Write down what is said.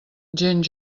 gent